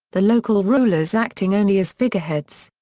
the local rulers acting only as figureheads.